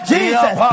Jesus